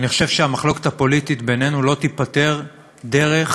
אני חושב שהמחלוקת הפוליטית בינינו לא תיפתר דרך